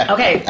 Okay